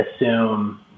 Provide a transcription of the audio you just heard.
assume